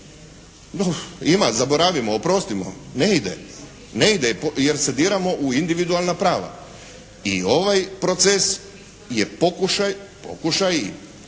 Ima. Zaboravimo, oprostimo. Ne ide. Jer zadiremo u individualna prava. I ovaj proces je pokušaj i